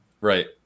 Right